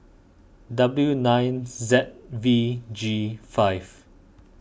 W nine Z V G five